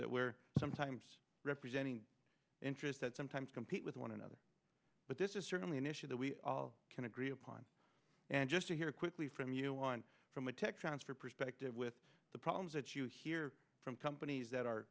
that we're sometimes representing interests that sometimes compete with one another but this is certainly an issue that we all can agree upon and just to hear quickly from you on from a tech transfer perspective with the problems that you hear from companies that are